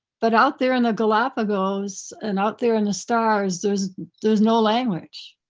but out there in the galapagos and out there in the stars, there's there's no language,